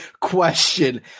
question